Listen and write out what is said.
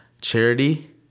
charity